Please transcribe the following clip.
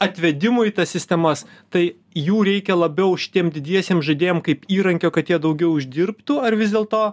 atvedimui į tas sistemas tai jų reikia labiau šitiem didiesiem žaidėjam kaip įrankio kad jie daugiau uždirbtų ar vis dėlto